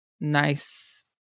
nice